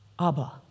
abba